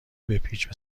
بپیچ